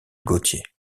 gauthier